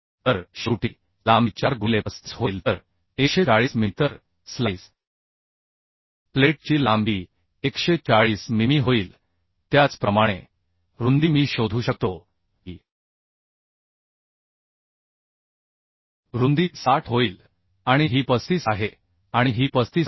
तर शेवटी लांबी 4 गुणिले 35 होईल तर 140 मिमी तर स्लाईस प्लेटची लांबी 140 मिमी होईल त्याचप्रमाणे रुंदी मी शोधू शकतो की रुंदी 60 होईल आणि ही 35 आहे आणि ही 35 आहे